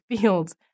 fields